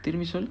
television